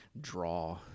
draw